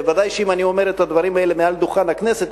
וודאי שאם אני אומר את הדברים האלה מעל דוכן הכנסת,